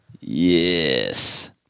Yes